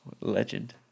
Legend